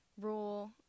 rule